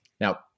now